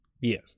Yes